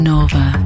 Nova